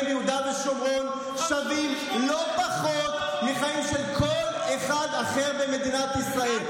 ביהודה ושומרון שווים לא פחות מחיים של כל אחד אחר במדינת ישראל.